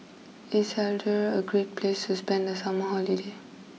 is Algeria a Great place to spend the summer holiday